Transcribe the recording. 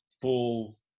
full –